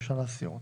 אפשר להסיר אותו.